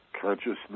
Consciousness